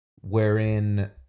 wherein